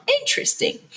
interesting